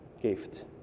gift